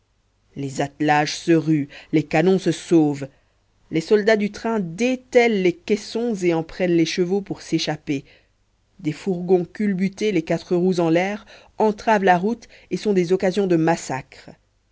les attelages se ruent les canons se sauvent les soldats du train détellent les caissons et en prennent les chevaux pour s'échapper des fourgons culbutés les quatre roues en l'air entravent la route et sont des occasions de massacre